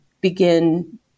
begin